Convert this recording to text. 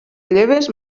lleves